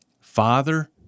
father